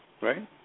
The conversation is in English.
right